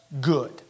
good